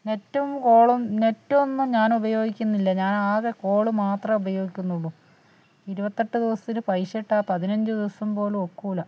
നെറ്റും കോളും നെറ്റൊന്നും ഞാനുപയോഗിക്കുന്നില്ല ഞാൻ ആകെ കോൾ മാത്രമേ ഉപയോഗിക്കുന്നുള്ളൂ ഇരുപത്തെട്ട് ദിവസത്തിൽ പൈസ ഇട്ടാൽ പതിനഞ്ച് ദിവസം പോലും ഒക്കില്ല